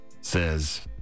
says